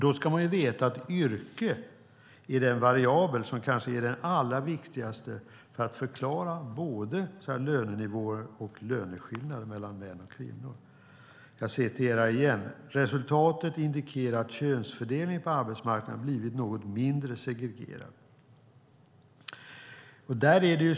Då ska man veta att yrke är den variabel som kanske är den allra viktigaste för att förklara både lönenivåer och löneskillnader mellan män och kvinnor. Jag citerar vidare ur Medlingsinstitutets årsberättelse: "Resultatet indikerar att könsfördelningen på arbetsmarknaden blivit något mindre segregerad."